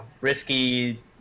risky